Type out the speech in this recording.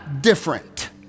different